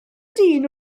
dyn